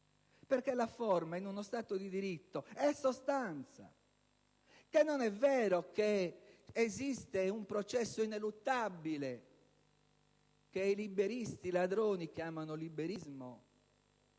perché la forma in uno Stato di diritto è sostanza; che non è vero che esiste un processo ineluttabile che i liberisti ladroni chiamano liberismo